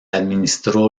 administró